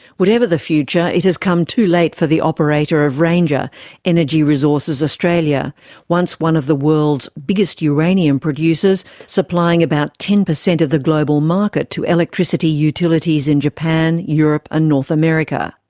whatever the future, it has come too late for the operator of ranger energy resources australia once one of the world's biggest uranium producers, supplying about ten percent of the global market to electricity utilities in japan, europe and north america.